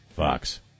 Fox